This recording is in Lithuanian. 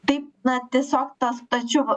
tai na tiesiog tas stačiu